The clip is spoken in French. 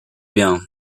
bien